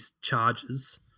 charges